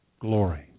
glory